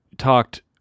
talked